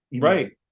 Right